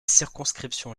circonscriptions